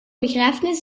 begrafenis